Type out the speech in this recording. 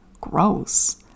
Gross